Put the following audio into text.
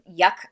yuck